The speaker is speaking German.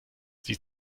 sie